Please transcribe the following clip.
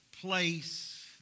place